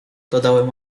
dodałem